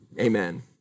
amen